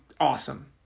Awesome